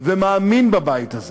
ומאמין בבית הזה,